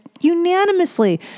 unanimously